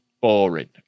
boring